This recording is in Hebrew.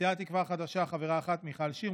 סיעת תקווה חדשה, חברה אחת, מיכל שיר.